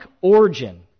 origin